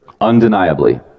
undeniably